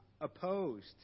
opposed